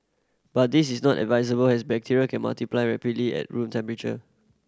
but this is not advisable as bacteria can multiply rapidly at room temperature